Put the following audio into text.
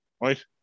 right